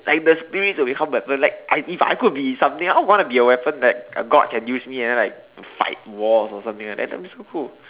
like the spirits will become weapons like I if I could be something I wanna be a weapon that a God can use me and then like fight wars or something like that that would be so cool